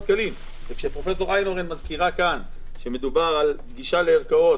כשפרופ' איינהורן מזכירה שמדובר על גישה לערכאות,